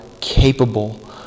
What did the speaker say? capable